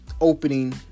opening